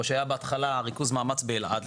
או שהיה ריכוז מאמץ באלעד,